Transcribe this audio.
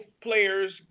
players